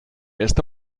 esta